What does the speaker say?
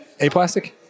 aplastic